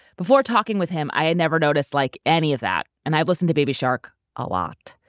before talking with him, i had never noticed like any of that. and i've listened to baby shark a lot.